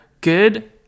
good